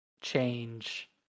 change